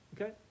Okay